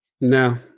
No